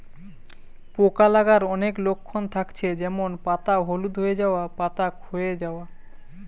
পোকা লাগার অনেক লক্ষণ থাকছে যেমন পাতা হলুদ হয়ে যায়া, পাতা খোয়ে যায়া